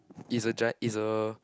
is a dried is a